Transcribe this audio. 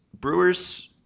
Brewers